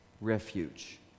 refuge